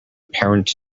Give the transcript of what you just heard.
parent